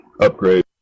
upgrade